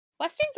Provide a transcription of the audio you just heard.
Westerns